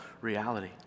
reality